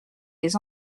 des